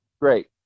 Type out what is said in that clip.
Great